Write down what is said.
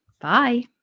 Bye